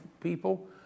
people